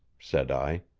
said i.